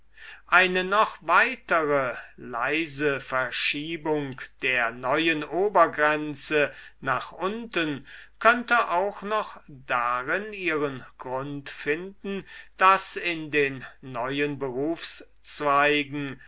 eine noch weitere leise verschiebung der neuen obergrenze nach unten könnte auch noch darin ihren grund finden daß in den neuen berufszweigen